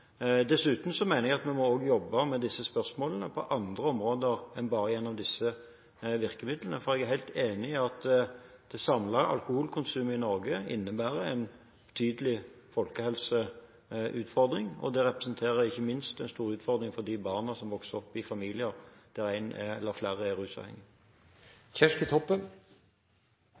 Dessuten mener jeg at vi må jobbe med disse spørsmålene også på andre områder enn bare gjennom disse virkemidlene, for jeg er helt enig i at det samlede alkoholkonsumet i Norge innebærer en betydelig folkehelseutfordring, og det representerer ikke minst en stor utfordring for de barna som vokser opp i familier der en eller flere er